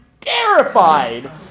terrified